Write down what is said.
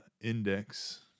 index